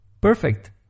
Perfect